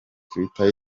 twitter